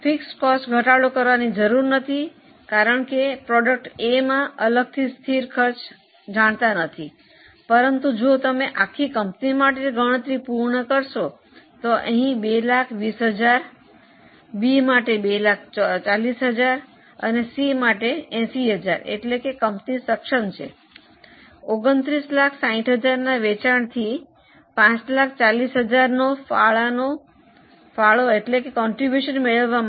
સ્થિર ખર્ચમાં ઘટાડો કરવાની જરૂર નથી કારણ કે તમે ઉત્પાદન એ માટે અલગથી સ્થિર ખર્ચ જાણતા નથી પરંતુ જો તમે આખી કંપની માટે ગણતરી પૂર્ણ કરશો તો અહીં 220000 બી માટે 240000 અને સી માટે 80000 એટલે કે કંપની સક્ષમ છે 2960000 ના વેચાણથી 540000 નું ફાળો મેળવવા માટે